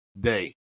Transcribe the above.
day